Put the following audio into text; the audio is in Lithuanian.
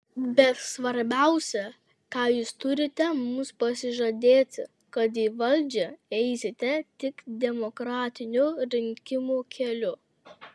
bet svarbiausia ką jūs turite mums pasižadėti kad į valdžią eisite tik demokratinių rinkimų keliu